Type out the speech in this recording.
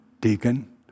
deacon